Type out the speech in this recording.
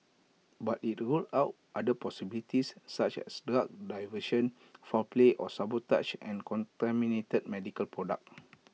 but IT ruled out other possibilities such as drug diversion foul play or sabotage and contaminated medical products